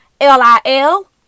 L-I-L